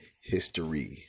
history